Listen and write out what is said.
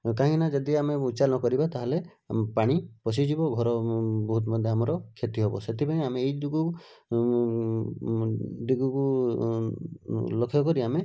କାହିଁକିନା ଯଦି ଆମେ ଉଚ୍ଛ ନ କରିବା ତାହେଲେ ପାଣି ପଶିଯିବ ଘର ବହୁତ ମାନେ ଆମର କ୍ଷତି ହେବ ସେଥିପାଇଁ ଆମେ ଏଇଥିଯୋଗୁଁ ଦିଗକୁ ଲକ୍ଷ୍ୟ କରି ଆମେ